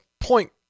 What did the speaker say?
point